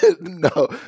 no